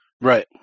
Right